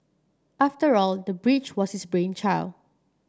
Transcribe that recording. after all the bridge was his brainchild